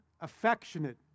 affectionate